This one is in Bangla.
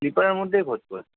স্লিপারের মধ্যেই খোঁজ